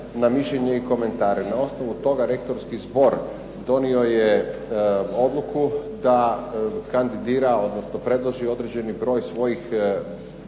na mišljenje i komentare. Na osnovu toga rektorski zbor donio je odluku da kandidira, odnosno predloži određeni broj svojih